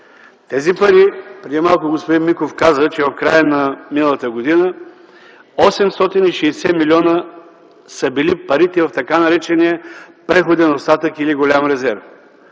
Тези пари преди малко господин Миков каза, че в края на миналата година 860 милиона са били парите в така наречения преходен остатък или голям резерв.